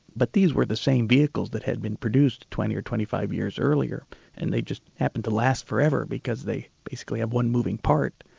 but these were the same vehicles that had been produced twenty or twenty five years earlier and they just happened to last forever because they basically had one moving part.